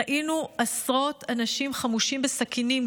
ראינו עשרות אנשים חמושים בסכינים,